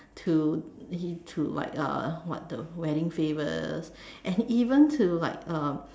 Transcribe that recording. to to like uh what the wedding favors and even to like um